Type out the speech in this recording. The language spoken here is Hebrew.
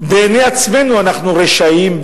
בעיני עצמנו אנחנו רשעים,